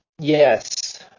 Yes